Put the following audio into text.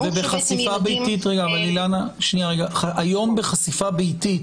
שילדים --- היום בחשיפה ביתית